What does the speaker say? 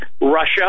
Russia